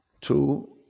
two